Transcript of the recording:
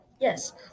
Yes